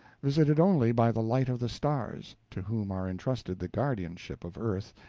visited only by the light of the stars, to whom are entrusted the guardianship of earth,